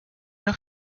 look